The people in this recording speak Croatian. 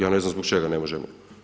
Ja ne znam zbog čega ne možemo.